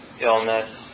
illness